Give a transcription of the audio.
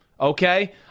okay